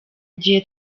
igihe